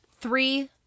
three